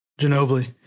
Ginobili